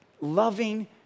loving